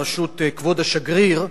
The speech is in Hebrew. בראשות כבוד השגריר,